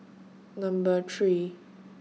Number three